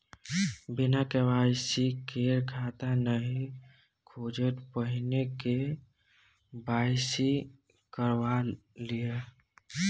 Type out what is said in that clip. बिना के.वाई.सी केर खाता नहि खुजत, पहिने के.वाई.सी करवा लिअ